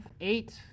eight